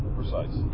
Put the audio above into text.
precise